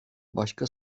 başka